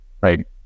right